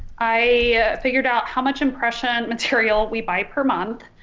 i figured out how much impression material we buy per month.